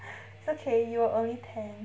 it's okay you were only ten